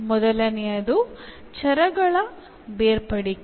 ಮೊದಲನೆಯದು ಚರಗಳ ಬೇರ್ಪಡಿಕೆ